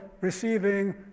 receiving